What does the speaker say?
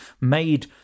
made